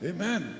Amen